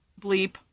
Bleep